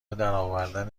درآوردن